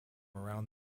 around